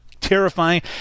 Terrifying